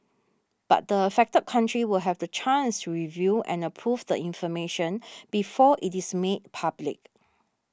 but the affected country will have the chance review and approve the information before it is made public